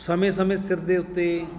ਸਮੇਂ ਸਮੇਂ ਸਿਰ ਦੇ ਉੱਤੇ